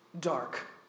dark